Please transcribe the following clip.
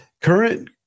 current